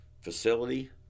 facility